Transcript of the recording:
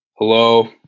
Hello